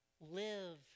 Live